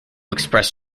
express